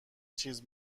چیز